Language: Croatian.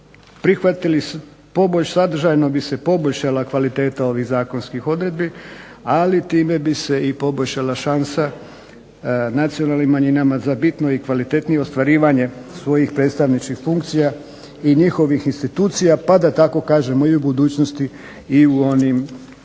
prihvatili sadržajno bi se poboljšala kvaliteta ovih zakonskih odredbi ali time bi se i poboljšala šansa nacionalnim manjinama za bitno i kvalitetnije ostvarivanje svojih predstavničkih funkcija i njihovih institucija pa da tako kažemo i u budućnosti i u onim tokovima